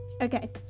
Okay